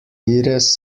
ihres